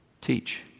teach